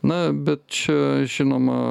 na bet čia žinoma